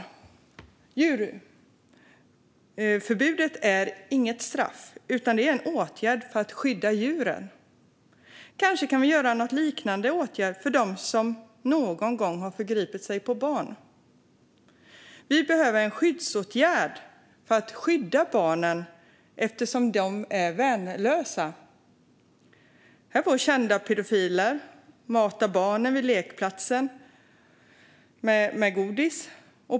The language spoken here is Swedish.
Djurförbud är inget straff, utan det är en åtgärd för att skydda djuren. Kanske kan vi ha en liknande åtgärd för dem som någon gång har förgripit sig på barn? Vi behöver en skyddsåtgärd för att skydda barnen eftersom de är värnlösa. Här får kända pedofiler mata barnen vid lekplatsen med godis.